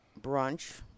brunch